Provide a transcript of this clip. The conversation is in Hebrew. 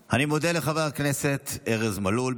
אני מודה לחבר הכנסת ארז מלול,